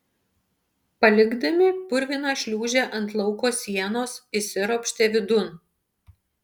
palikdami purviną šliūžę ant lauko sienos įsiropštė vidun